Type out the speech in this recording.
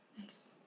Nice